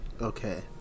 okay